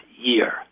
year